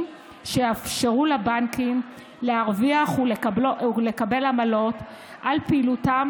שיאפשרו לבנקים ולהרוויח ולקבל עמלות על פעילותם,